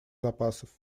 запасов